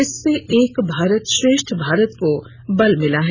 इससे एक भारत श्रेष्ठ भारत को बल मिला है